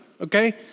okay